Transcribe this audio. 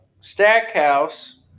Stackhouse